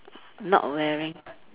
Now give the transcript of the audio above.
not wearing